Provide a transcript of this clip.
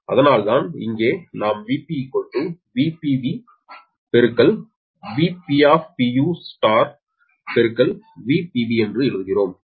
அதனால்தான் இங்கே நாம் Vp VpBVp 𝑽𝒑B என்று எழுதுகிறோம்